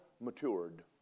matured